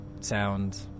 sound